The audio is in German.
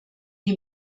die